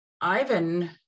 Ivan